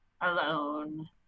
alone